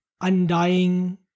undying